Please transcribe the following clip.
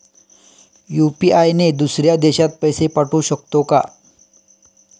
UPI ने दुसऱ्या देशात पैसे पाठवू शकतो का?